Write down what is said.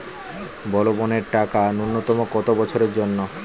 বলবনের টাকা ন্যূনতম কত বছরের জন্য?